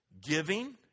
Giving